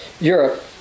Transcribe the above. Europe